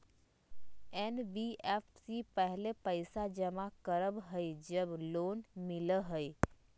NBFC पहले पईसा जमा करवहई जब लोन मिलहई?